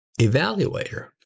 evaluator